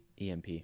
EMP